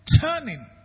turning